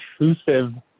intrusive